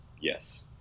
Yes